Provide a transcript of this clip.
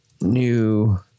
new